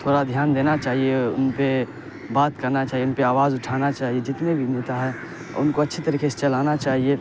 تھوڑا دھیان دینا چاہیے ان پہ بات کرنا چاہیے ان پہ آواز اٹھانا چاہیے جتنے بھی نیتا ہیں ان کو اچھی طریقے سے چلانا چاہیے